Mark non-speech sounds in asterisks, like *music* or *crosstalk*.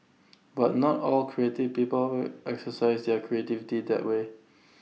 but not all creative people *unintelligible* exercise their creativity that way